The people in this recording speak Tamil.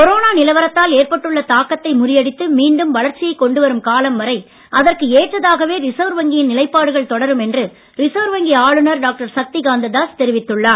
கொரோனா நிலவரத்தால் ஏற்பட்டுள்ள தாக்கத்தை முறியடித்து மீண்டும் வளர்ச்சியைக் கொண்டு வரும் காலம் வரை அதற்கு ஏற்றதாகவே ரிசர்வ் வங்கியின் நிலைப்பாடுகள் தொடரும் என்று ரிசர்வ் வங்கி ஆளுநர் டாக்டர் சக்தி காந்த தாஸ் தெரிவித்துள்ளார்